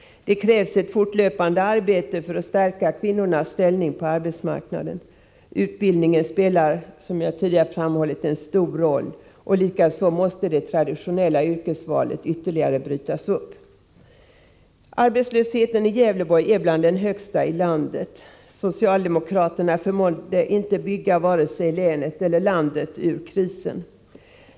Det krävs ett fortlöpande arbete för att stärka kvinnornas ställning på arbetsmarknaden. Utbildningen spelar, som jag tidigare framhållit, en stor roll. Likaså måste det traditionella yrkesvalet ytterligare brytas upp. Arbetslöshetssiffrorna för Gävleborgs län är bland de högsta i landet. Socialdemokraterna förmådde inte bygga vare sig länet eller landet ur krisen.